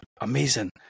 Amazing